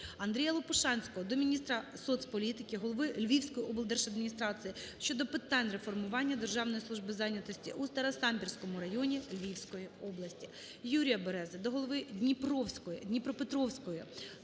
АндріяЛопушанського до міністра соцполітики, голови Львівської облдержадміністрації щодо питань реформування Державної служби зайнятості у Старосамбірському районі Львівської області. Юрія Берези до голови Дніпропетровської обласної ради